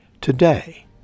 today